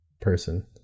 person